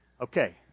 okay